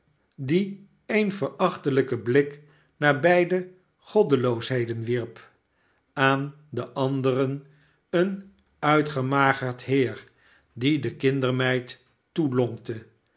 die een verachtelijken blik naar beide goddeloosheden wierp aan den anderen een uitgemagerd heer die de kindermeid